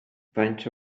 faint